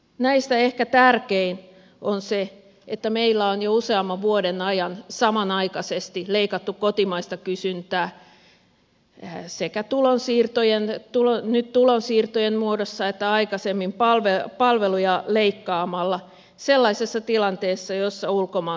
näistä ehkä tärkein on se että meillä on jo useamman vuoden ajan samanaikaisesti leikattu kotimaista kysyntää sekä nyt tulonsiirtojen muodossa että aikaisemmin palveluja leikkaamalla sellaisessa tilanteessa jossa ulkomaan kysyntä sakkaa